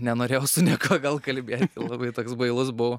nenorėjau su niekuo gal kalbėt labai toks bailus buvau